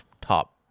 top